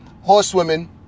Horsewomen